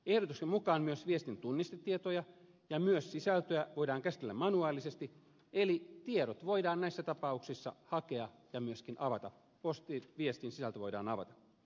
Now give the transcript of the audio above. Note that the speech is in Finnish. ehdotuksen mukaan myös viestin tunnistetietoja ja myös sisältöä voidaan käsitellä manuaalisesti eli tiedot voidaan näissä tapauksissa hakea ja myöskin avata postiviestin sisältö voidaan avata